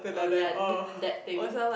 uh ya the the that thing